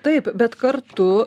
taip bet kartu